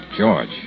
George